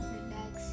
Relax